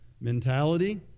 mentality